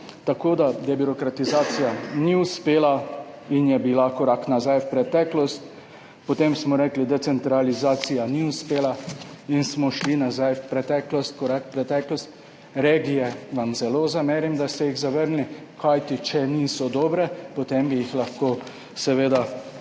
Tako da debirokratizacija ni uspela in je bila korak nazaj v preteklost. Potem smo rekli, decentralizacija ni uspela, in smo šli nazaj v preteklost, korak v preteklost. Regije – vam zelo zamerim, da ste jih zavrnili. Kajti če niso dobre, potem bi jih lahko seveda